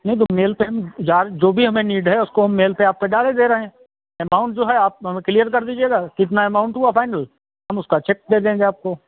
नहीं तो मेल पर हम जाल जो भी हमें नीड है उसको हम मेल पर आपका डाले दे रहे हैं एमाउंट जो है आप हमे कीलीयर कर दीजिएगा कितना एमाउंट हुआ फाइनल हम उसका चेक दे देंगे आपको